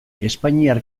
espainiar